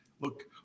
Look